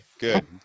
good